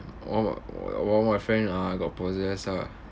o~ o~ one of my friends ah got possessed ah